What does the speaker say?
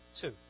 Two